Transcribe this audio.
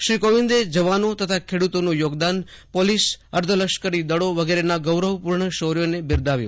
શ્રી કોવિંદે જવાનો ખેડૂતોના યોગદાન પોલીસો અર્ધલશ્કરી દળો વગેરેના ગૌરવપૂર્ણ શૌર્યને બિરદાવ્યું